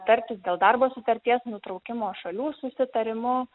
tartis dėl darbo sutarties nutraukimo šalių susitarimu